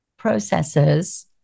Processes